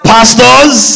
Pastors